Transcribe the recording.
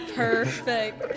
perfect